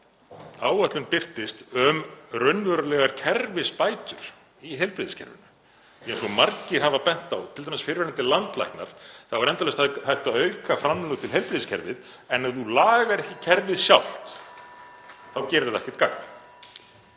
áætlun birtist um raunverulegar kerfisbætur í heilbrigðiskerfinu? Eins og margir hafa bent á, t.d. fyrrverandi landlæknar, er endalaust hægt að auka framlög til heilbrigðiskerfisins en ef þú lagar ekki kerfið sjálft þá gerir það ekkert gagn.